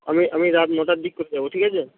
আমি আমি রাত নটার দিক করে যাবো ঠিক আছে